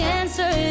answer